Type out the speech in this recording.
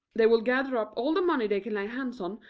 they will gather up all the money they can lay hands on,